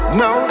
no